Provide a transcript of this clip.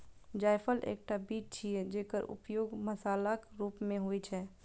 जायफल एकटा बीज छियै, जेकर उपयोग मसालाक रूप मे होइ छै